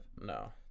No